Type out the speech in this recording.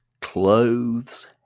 clothes